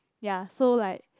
ya so like